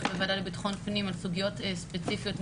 בוועדה לביטחון פנים על סוגיות ספציפיות,